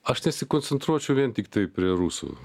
aš nesikoncentruočiau vien tiktai prie rusų